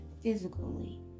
physically